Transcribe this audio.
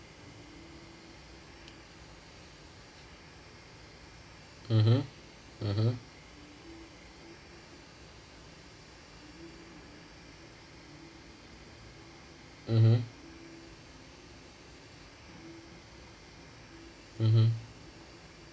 mmhmm mmhmm mmhmm mmhmm